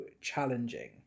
challenging